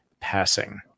passing